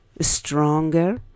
stronger